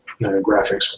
graphics